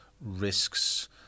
risks